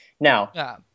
now